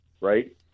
right